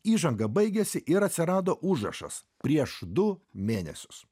įžanga baigėsi ir atsirado užrašas prieš du mėnesius